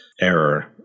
error